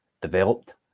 developed